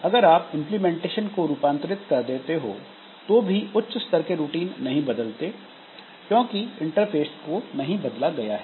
अगर आप इंप्लीमेंटेशन को रूपांतरित कर देते हो तो भी उच्च स्तर के रूटीन नहीं बदलते क्योंकि इंटरफ़ेस को नहीं बदला गया है